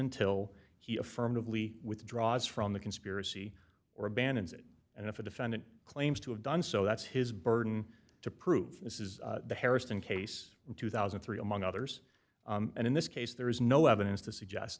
until he affirmatively withdraws from the conspiracy or abandons it and if the defendant claims to have done so that's his burden to prove this is the harrison case in two thousand and three among others and in this case there is no evidence to suggest